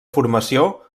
formació